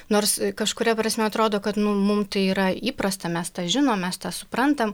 nors kažkuria prasme atrodo kad mums tai yra įprasta mes tą žinom mes tą suprantam